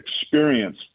experience